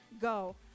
go